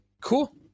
Cool